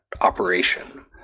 operation